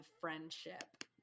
friendship